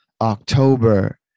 October